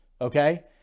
okay